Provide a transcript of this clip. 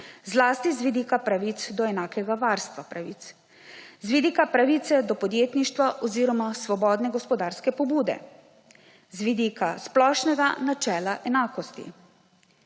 zlasti z vidika pravic do enakega varstva pravic, z vidika pravice do podjetništva oziroma svobodne gospodarske pobude, z vidika splošnega načela enakosti.